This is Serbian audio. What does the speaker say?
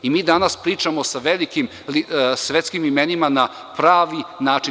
Mi danas pričamo sa velikim svetskim imenima na pravi način.